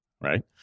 right